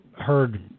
heard